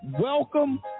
Welcome